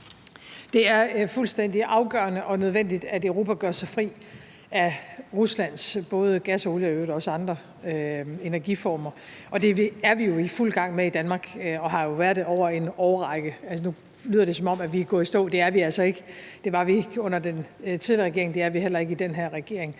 Det er fuldstændig afgørende og nødvendigt, at Europa gør sig fri af Ruslands både gas og olie og i øvrigt også andre energiformer, og det er vi jo i fuld gang med i Danmark og har været det over en årrække. Nu lyder det, som om vi er gået i stå. Det er vi altså ikke; det var vi ikke under den tidligere regering, og det er vi heller ikke i den her regering.